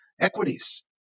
equities